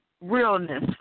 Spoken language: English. realness